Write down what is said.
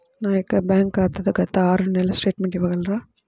నా యొక్క బ్యాంక్ ఖాతా గత ఆరు నెలల స్టేట్మెంట్ ఇవ్వగలరా?